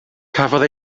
cafodd